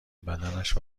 بدنش